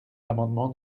l’amendement